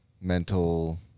mental